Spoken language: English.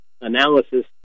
analysis